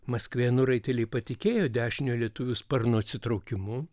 maskvėnų raiteliai patikėjo dešinio lietuvių sparno atsitraukimu